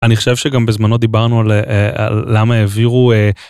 אני חושב שגם בזמנו דיברנו על למה העבירו.